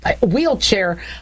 wheelchair